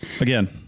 Again